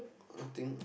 got nothing